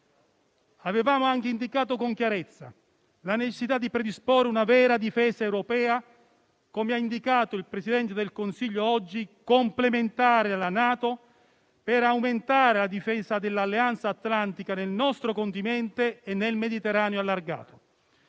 Avevamo anche indicato con chiarezza la necessità di predisporre una vera difesa europea - come ha indicato il Presidente del Consiglio oggi - complementare alla NATO, per aumentare la difesa dell'Alleanza atlantica nel nostro continente e nel Mediterraneo allargato.